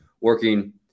working